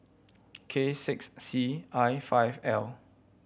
K six C I five L